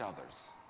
others